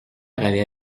avait